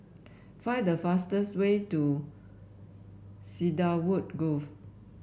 find the fastest way to Cedarwood Grove